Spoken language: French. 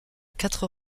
quatre